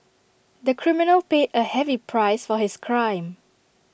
the criminal paid A heavy price for his crime